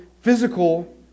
physical